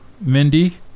mindy